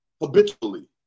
habitually